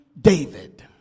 David